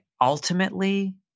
ultimately